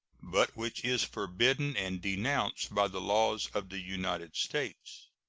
but which is forbidden and denounced by the laws of the united states.